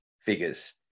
figures